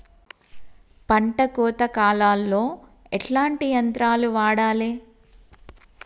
పంట కోత కాలాల్లో ఎట్లాంటి యంత్రాలు వాడాలే?